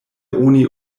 oni